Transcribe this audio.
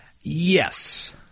yes